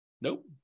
Nope